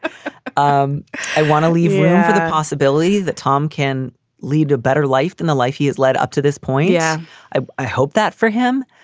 um i want to leave room for the possibility that tom can lead a better life than the life he has led up to this point. yeah i i hope that for him.